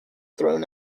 thrown